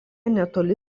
netoli